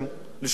למדינה.